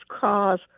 Cause